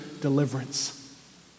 deliverance